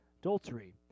Adultery